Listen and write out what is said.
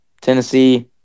Tennessee